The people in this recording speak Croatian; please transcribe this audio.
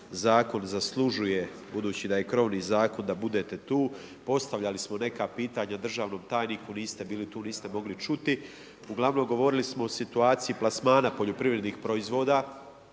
zakon zaslužuje, budući da je krovni zakon, da budete tu. Postavili smo neka pitanja državnom tajniku, niste bili tu, niste mogli čuti. Ugl. govorili smo o situaciju plasmana poljoprivrednih proizvoda.